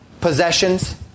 possessions